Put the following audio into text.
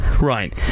Right